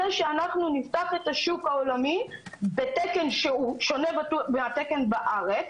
שאנחנו נפתח את השוק העולמי בתקן שהוא שונה מהתקן בארץ,